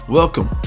welcome